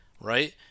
right